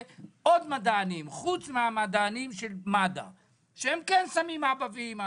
עוד מדענים חוץ מהמדענים של מד"א שכן שמים "אבא" ו"אימא".